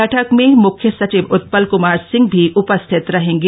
बैठक में मुख्य सचिव उत्पल कुमार सिंह मी उपस्थित रहेंगे